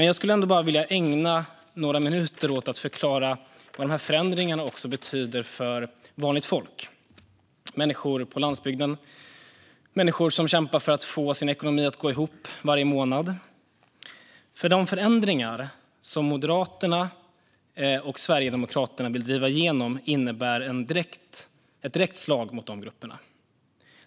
Jag skulle vilja ägna några minuter till att förklara vad dessa förändringar betyder för vanligt folk. Det är människor på landsbygden och människor som kämpar för att få sin ekonomi att gå ihop varje månad. De förändringar som Moderaterna och Sverigedemokraterna vill driva igenom innebär ett direkt slag mot de grupperna.